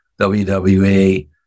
WWE